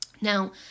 Now